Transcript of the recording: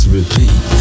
repeat